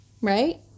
right